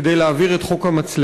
כדי להעביר את חוק המצלמות,